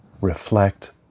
reflect